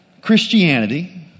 Christianity